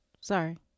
sorry